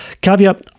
caveat